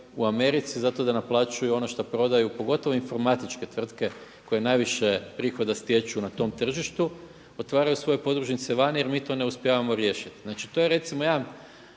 u Americi zato da naplaćuju ono što prodaju pogotovo informatičke tvrtke koje najviše prihoda stječu na tom tržištu, otvaraju svoje podružnice vani jer mi to ne uspijevamo riješiti. Znači to je recimo jedan